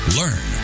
learn